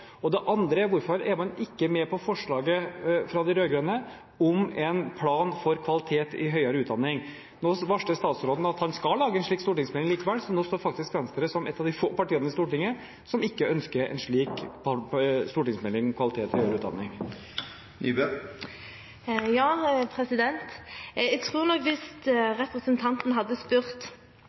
regjering. Det andre er: Hvorfor er man ikke med på forslaget fra de rød-grønne om en plan for kvalitet i høyere utdanning? Nå varsler statsråden at han skal lage en slik stortingsmelding likevel, så nå står faktisk Venstre som et at de få partiene i Stortinget som ikke ønsker en slik stortingsmelding om kvalitet i høyere utdanning. Hvis representanten hadde spurt